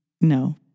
No